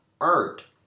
art